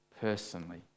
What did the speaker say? personally